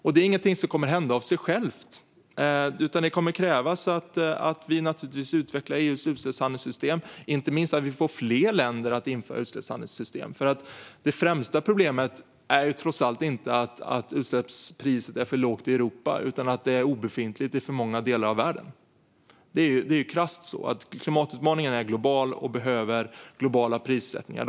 Detta är ingenting som kommer att hända av sig självt, utan det kommer naturligtvis att krävas att vi utvecklar EU:s utsläppshandelssystem, inte minst så att vi får fler länder att införa utsläppshandelssystem. Det främsta problemet är ju trots allt inte att utsläppspriset är för lågt i Europa, utan att det är obefintligt i för många delar av världen. Det är krasst uttryckt så att klimatutmaningen är global och behöver globala prissättningar.